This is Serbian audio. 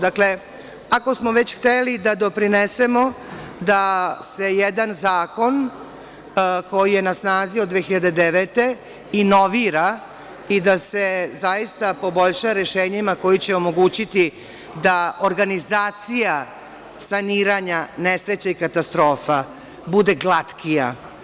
Dakle, ako smo već hteli da doprinesemo da se jedan zakon koji je na snazi 2009. godine inovira i da se zaista poboljša rešenjima koji će omogućiti da organizacija saniranja nesreća i katastrofa bude glatkija.